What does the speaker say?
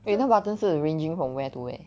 eh 那个 button 是 ranging from where to where